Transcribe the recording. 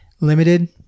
limited